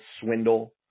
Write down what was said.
swindle